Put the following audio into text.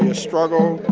and struggle,